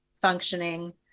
functioning